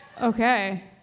Okay